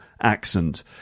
accent